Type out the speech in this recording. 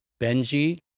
Benji